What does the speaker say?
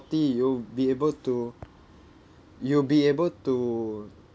forty you'll be able to you'll be able to